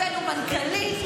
הבאנו מנכ"לית,